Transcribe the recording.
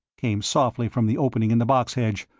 came softly from the opening in the box hedge,